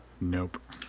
Nope